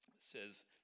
says